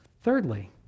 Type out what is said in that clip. Thirdly